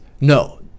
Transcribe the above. no